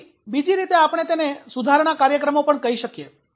આથી બીજી રીતે આપણે તેને 'સુધારણા કાર્યક્રમો' પણ કહીએ છીએ